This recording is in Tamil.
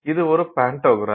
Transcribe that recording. இது ஒரு பாண்டோகிராஃப்